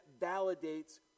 validates